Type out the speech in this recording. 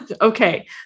Okay